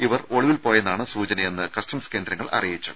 ഇവർ ഒളിവിൽ പോയെന്നാണ് സൂചനയെന്ന് കസ്റ്റംസ് കേന്ദ്രങ്ങൾ അറിയിച്ചു